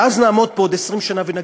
ואז נעמוד פה עוד 20 שנה ונגיד: